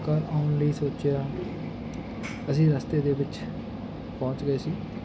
ਘਰ ਆਉਣ ਲਈ ਸੋਚਿਆ ਅਸੀਂ ਰਸਤੇ ਦੇ ਵਿੱਚ ਪਹੁੰਚ ਗਏ ਸੀ